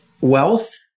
wealth